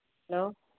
hello